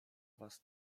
was